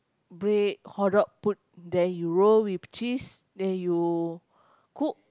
bread hotdog put then you roll with cheese then you cook